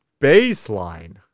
baseline